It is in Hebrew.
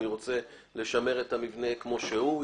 אני רוצה לשמר את המבנה כמו שהוא.